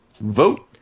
Vote